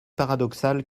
paradoxal